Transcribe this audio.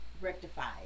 rectified